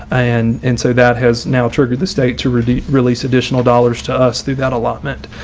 and and so that has now triggered the state to release release additional dollars to us through that allotment.